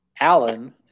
Alan